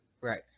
Right